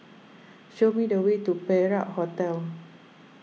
show me the way to Perak Hotel